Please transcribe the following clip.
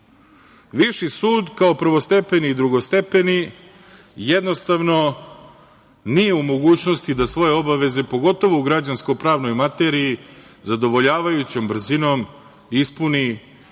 radu. Viši sud, kao prvostepeni i drugostepeni, jednostavno nije u mogućnosti da svoje obaveze, pogotovo u građansko-pravnoj materiji, zadovoljavajućom brzinom ispuni prema